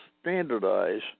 standardize